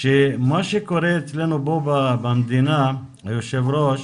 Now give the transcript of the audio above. שמה שקורה אצלנו פה במדינה, אדוני היו"ר,